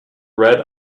red